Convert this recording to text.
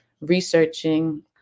researching